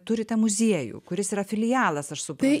turite muziejų kuris yra filialas aš supra tai